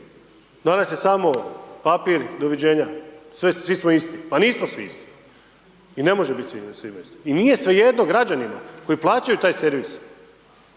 Danas je samo papir, doviđenja, svi smo isti. Pa nismo svi isti i ne može biti svima isto i nije svejedno građanima koji plaćaju taj servis